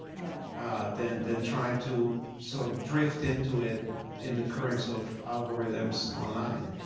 yeah ah then then trying to sort of drift into it in the currents of algorithms online.